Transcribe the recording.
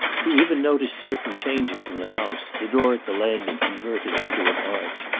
he even noticed certain changes in the house, the door at the landing converted into an arch,